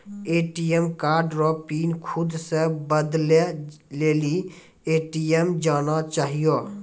ATM card रो PIN खुद से बदलै लेली ए.टी.एम जाना चाहियो